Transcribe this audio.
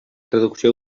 traducció